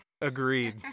Agreed